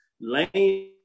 Lane